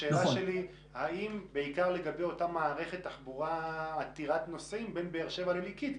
השאלה שלי בעיקר לגבי מערכת התחבורה עתירת הנוסעים בין באר שבע לליקית,